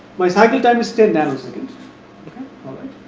my cycle time is ten nano second alright,